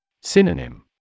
Synonym